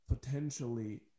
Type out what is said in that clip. potentially